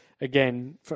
again